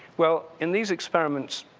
well, in these experiments,